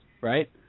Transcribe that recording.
right